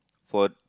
for